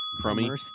Crummy